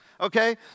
okay